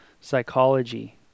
psychology